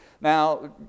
Now